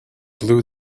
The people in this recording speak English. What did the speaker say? blew